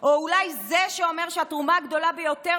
או אולי זה שאומר שהתרומה הגדולה ביותר